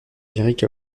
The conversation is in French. lyrique